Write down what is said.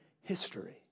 history